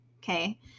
okay